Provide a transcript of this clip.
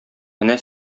менә